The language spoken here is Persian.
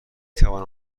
توانم